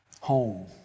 home